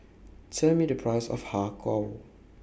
Tell Me The Price of Har Kow